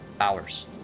hours